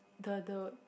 the the